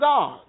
God